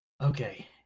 okay